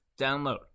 Download